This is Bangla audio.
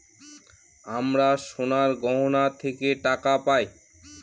আমরা সোনার গহনা থেকে টাকা পায়